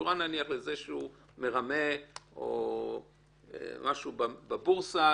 קשורה נניח לזה שהוא מרמה או משהו בבורסה,